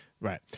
Right